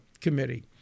Committee